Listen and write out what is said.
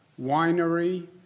winery